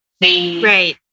Right